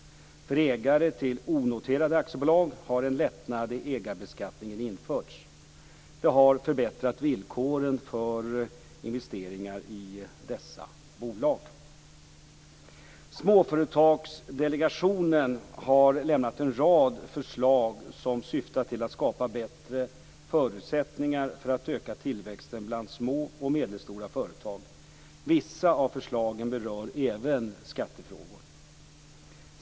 För ägare till onoterade aktiebolag har en lättnad i ägarbeskattningen införts. Det har förbättrat villkoren för investeringar i dessa bolag. Småföretagsdelegationen har lämnat en rad förslag som syftar till att skapa bättre förutsättningar för att öka tillväxten bland små och medelstora företag. Vissa av förslagen berör även skattefrågor.